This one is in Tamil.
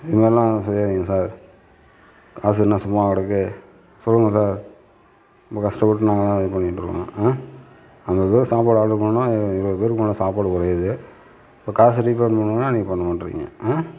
இது மாதிரிலாம் செய்யாதீங்க சார் காசு என்ன சும்மாவா கிடக்கு சொல்லுங்கள் சார் ரொம்ப கஷ்டப்பட்டு நாங்களாம் இது பண்ணிக்கிட்டு இருக்கோம் ஐம்பது பேருக்கு சாப்பாடு ஆடரு பண்ணோம் இருபது பேருக்கு மேல் சாப்பாடு குறையிது இப்போ காசு ரீபேமெண்ட் பண்ணனுன்னா நீங்கள் பண்ண மாட்றீங்க